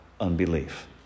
unbelief